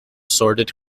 sordid